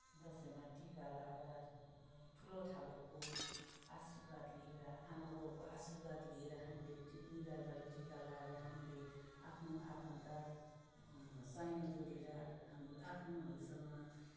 दसैँमा टिका लगाएर ठुलो ठालो आशीर्वाद लिएर आमा बाउको आशीर्वाद लिएर हामीले त्यो निधारभरि टिका लाएर हामीले आफ्नो आफन्त साइनो जोडेर हामी आफ्नोहरूसँग